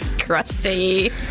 crusty